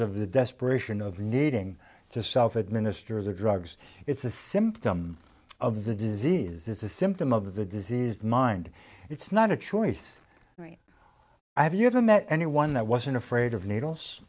of the desperation of needing to self administer the drugs it's a symptom of the disease it's a symptom of the diseased mind it's not a choice i have you haven't met anyone that wasn't afraid of needles